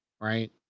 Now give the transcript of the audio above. right